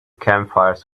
campfires